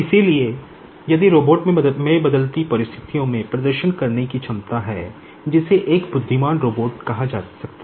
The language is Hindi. इसलिए यदि रोबोट में बदलती परिस्थितियों में प्रदर्शन करने की क्षमता है जिसे एक बुद्धिमान रोबोट कहा जा सकता है